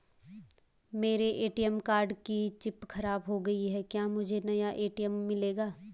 मेरे ATM card की chip खराब हो गयी है क्या मुझे नया ए.टी.एम मिलेगा?